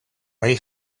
bai